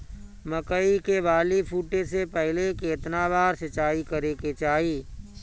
मकई के बाली फूटे से पहिले केतना बार सिंचाई करे के चाही?